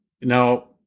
now